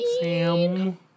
Sam